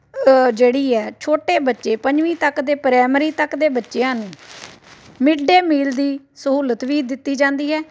ਜਿਹੜੀ ਹੈ ਛੋਟੇ ਬੱਚੇ ਪੰਜਵੀਂ ਤੱਕ ਦੇ ਪ੍ਰਾਇਮਰੀ ਤੱਕ ਦੇ ਬੱਚਿਆਂ ਨੂੰ ਮਿਡ ਡੇ ਮੀਲ ਦੀ ਸਹੂਲਤ ਵੀ ਦਿੱਤੀ ਜਾਂਦੀ ਹੈ